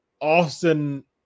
Austin